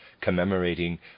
commemorating